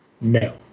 no